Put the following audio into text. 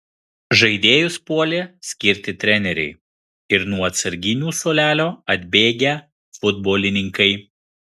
žaidėjus puolė skirti treneriai ir nuo atsarginių suolelio atbėgę futbolininkai